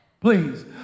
Please